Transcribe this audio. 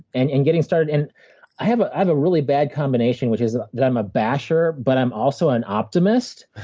and and getting started. and i have ah have a really bad combination, which is that i'm a basher, but i'm also an optimist,